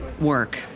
work